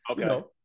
okay